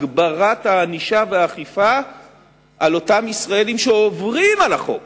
הגברת הענישה והאכיפה על אותם ישראלים שעוברים על החוק